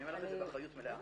אני אומר את זה באחריות מלאה.